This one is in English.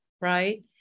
right